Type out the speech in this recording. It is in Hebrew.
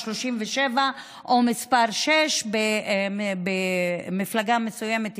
37 או 36 במפלגה מסוימת ייכנס,